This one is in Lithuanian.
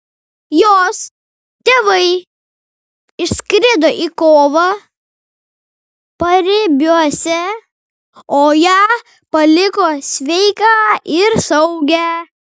jos tėvai išskrido į kovą paribiuose o ją paliko sveiką ir saugią